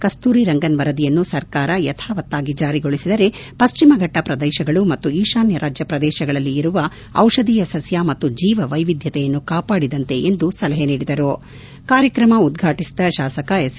ಕಸ್ತೂರಿ ರಂಗನ್ ವರದಿಯನ್ನು ಸರ್ಕಾರ ಯಥಾವತ್ತಾಗಿ ಜಾರಿಗೊಳಿಸಿದರೆ ಪಶ್ಚಿಮಘಟ್ಟ ಪ್ರದೇಶಗಳು ಮತ್ತು ಈಶಾನ್ಯ ರಾಜ್ಯ ಪ್ರದೇಶಗಳಲ್ಲಿ ಇರುವ ಜಿಷಧಿಯ ಸಸ್ಕ ಮತ್ತು ಜೀವ ವೈವಿಧ್ಯತೆಯನ್ನು ಕಾಪಾಡಿದಂತೆ ಎಂದು ಸಲಹೆ ನೀಡಿದರು ಕಾರ್ಯಕ್ರಮ ಉದ್ಘಾಟಿಸಿದ ಶಾಸಕ ಎಸ್ ಎ